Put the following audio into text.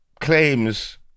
claims